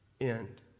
end